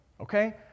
okay